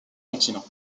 continent